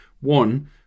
One